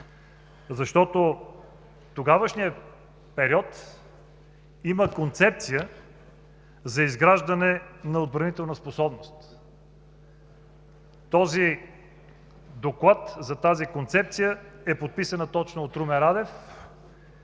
В тогавашния период има концепция за изграждане на отбранителна способност. Този доклад за тази концепция е подписан точно от Румен Радев,